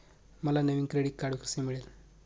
मला नवीन credit card कसे मिळेल?